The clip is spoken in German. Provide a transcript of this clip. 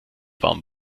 warm